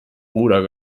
ruder